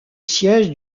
siège